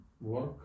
work